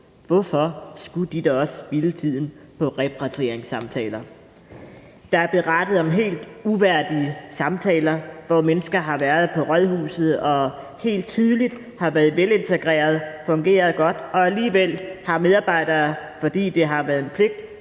Hvorfor skulle de da også spilde tiden på repatrieringssamtaler? Der er berettet om helt uværdige samtaler, hvor mennesker, som helt tydeligt har været velintegrerede og har fungeret godt, har været på rådhuset, og alligevel har medarbejdere, fordi det har været en pligt,